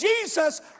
Jesus